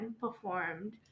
performed